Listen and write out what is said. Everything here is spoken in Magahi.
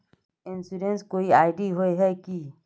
इंश्योरेंस कोई आई.डी होय है की?